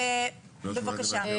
בבקשה.